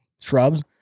shrubs